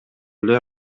эле